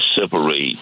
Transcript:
separate